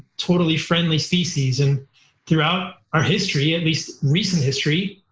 totally friendly species. and throughout our history, at least recent history,